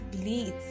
bleeds